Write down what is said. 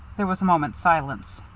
there was a moment's silence.